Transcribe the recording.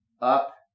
up